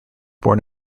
born